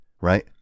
right